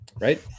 right